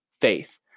faith